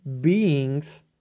beings